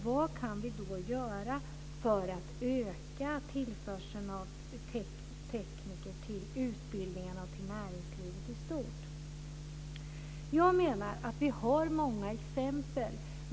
Vad kan vi då göra för att öka tillförseln av tekniker till utbildningarna och till näringslivet i stort? Jag menar att vi har många exempel.